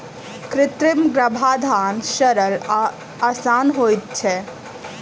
कृत्रिम गर्भाधान सरल आ आसान होइत छै